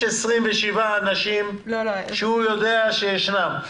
יש 27 אנשים שהוא יודע שעוסקים בחקירות אפידמיולוגיות.